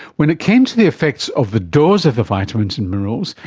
when it came to the effects of the dose of the vitamins and minerals,